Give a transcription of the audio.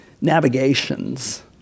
navigations